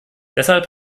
deshalb